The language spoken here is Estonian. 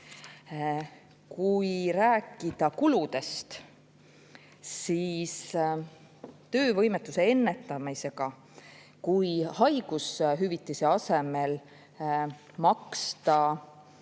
Kui rääkida kuludest, siis töövõimetuse ennetamisega, kui haigushüvitise asemel maksta